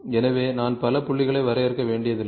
எனவே நான் பல புள்ளிகளை வரையறுக்க வேண்டியதில்லை